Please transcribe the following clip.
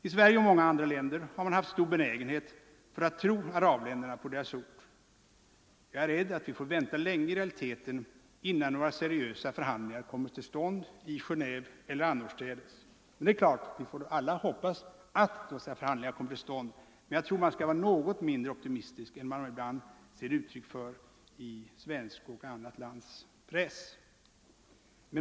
I Sverige och många andra länder har man haft stor benägenhet att tro arabländerna på deras ord. Jag är rädd att vi får vänta länge i realiteten innan några seriösa förhandlingar kommer till stånd, i Genéve eller annorstädes. Det är klart att vi alla hoppas att så skall ske. Men jag tror att man bör hysa något mindre optimism än vad man ibland ger uttryck för i svensk och annan press.